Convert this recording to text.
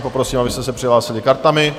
Poprosím, abyste se přihlásili kartami.